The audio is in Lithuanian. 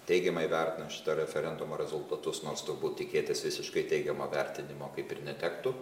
teigiamai vertina šito referendumo rezultatus nors turbūt tikėtis visiškai teigiamo vertinimo kaip ir netektų